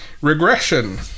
Regression